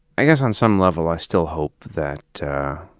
i guess on some level i still hope that